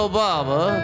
Obama